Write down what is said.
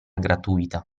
gratuita